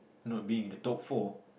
not being in the top four